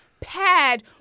Pad